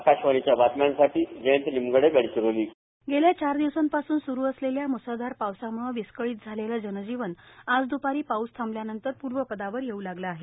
आकाशवाणीच्या बातम्यांसाठी गडचिरोलीहून मी जयंत निमगडे गेल्या चार दिवसांपासून सूरु असलेल्या मुसळधार पावसामुळे विस्कळीत झालेलं जनजीवन ज दुपारी पाऊस थांबल्यानंतर पूर्वपदावर येऊ लागले हे